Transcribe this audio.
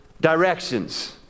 directions